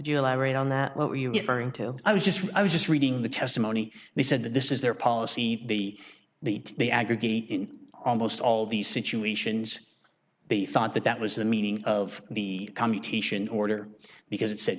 you elaborate on that what you get are into i was just i was just reading the testimony they said that this is their policy the the the aggregate in almost all these situations they thought that that was the meaning of the commutation order because it said